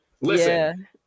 Listen